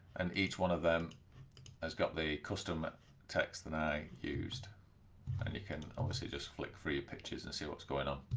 and each one of them has got the customer text that i used and you can obviously just flick through your pictures and see what's going on.